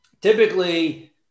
typically